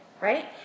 Right